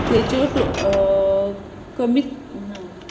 ताच्यो टो कमीत ना